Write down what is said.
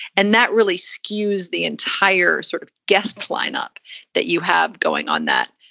and that really skews the entire sort of guest lineup that you have going on that